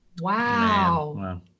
Wow